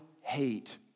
hate